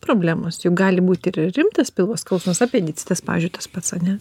problemos juk gali būti ir rimtas pilvo skausmas apendicitas pavyzdžiui tas pats ane